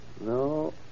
No